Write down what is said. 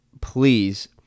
please